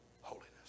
holiness